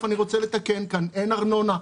אני רוצה לתקן כאן: אין ארנונה.